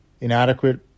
inadequate